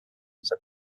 said